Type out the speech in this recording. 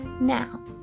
Now